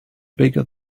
bigger